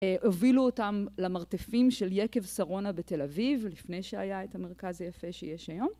הובילו אותם למרתפים של יקב שרונה בתל אביב לפני שהיה את המרכז היפה שיש היום